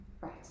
Right